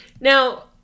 Now